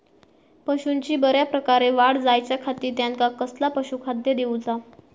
पशूंची बऱ्या प्रकारे वाढ जायच्या खाती त्यांका कसला पशुखाद्य दिऊचा?